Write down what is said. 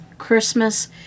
Christmas